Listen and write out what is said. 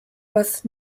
was